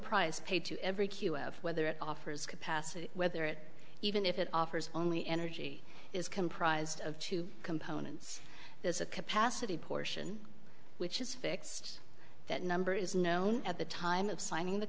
price paid to every q of whether it offers capacity whether it even if it offers only energy is comprised of two components there's a capacity portion which is fixed that number is known at the time of signing the